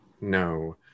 No